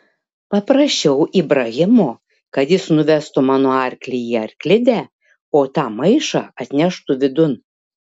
paprašiau ibrahimo kad jis nuvestų mano arklį į arklidę o tą maišą atneštų vidun